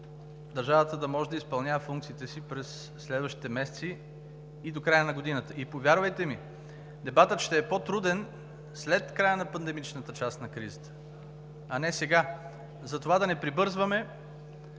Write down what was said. държавата да може да изпълнява функциите си през следващите месеци и до края на годината. Повярвайте ми, дебатът ще е по-труден след края на пандемичната част на кризата, а не сега, затова да не прибързваме